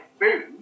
food